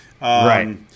Right